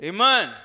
Amen